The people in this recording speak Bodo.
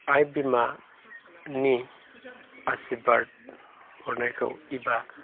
आइ बिमानि आसिरबाद हरनायखौ एबा